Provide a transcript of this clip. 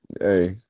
Hey